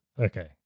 Okay